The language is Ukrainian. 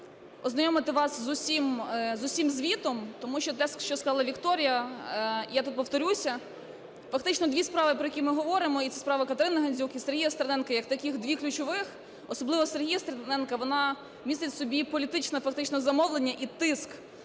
ознайомити вас з усім звітом, тому що те, що сказала Вікторія, я тут повторюся, фактично дві справи, про які ми говоримо, і справа Катерини Гандзюк, і справа Сергія Стерненка як таких дві ключових, особливо Сергія Стерненка вона містить в собі політичне фактично замовлення і тиск.